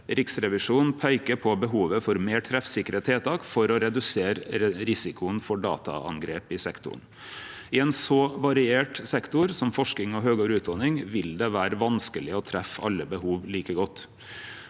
Riksrevisjonen peikar på behovet for meir treffsikre tiltak for å redusere risikoen for dataangrep i sektoren. I ein så variert sektor som forsking og høgare utdanning vil det vere vanskeleg å treffe alle behov like godt.